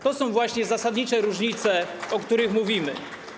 To są właśnie zasadnicze różnice, o których mówimy.